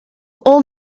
all